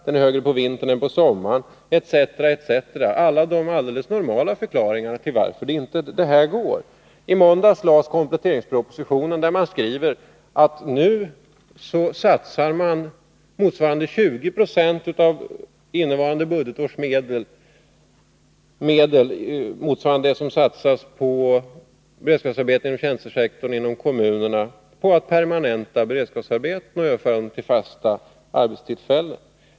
Den är högre på vintern än på sommaren.” Hon fortsatte sedan att räkna upp de alldeles normala förklaringarna varför det inte går. I måndags lades kompletteringspropositionen fram. I denna skriver regeringen att man nu satsar motsvarande 20 26 av innevarande budgetårs medel för beredskapsarbeten i tjänstesektorn i kommunerna på att permanenta beredskapsarbeten och överföra dem till fasta arbetstillfällen.